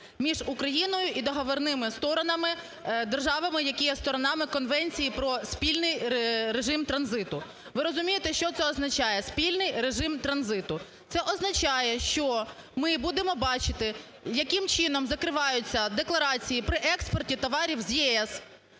між Україною і договірними сторонами, державами, які є сторонами Конвенції про спільний режим транзиту. Ви розумієте, що це означає: спільний режим транзиту? Це означає, що ми будемо бачити, яким чином закриваються декларації при експорті товарів з ЄС.